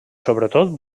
sobretot